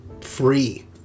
free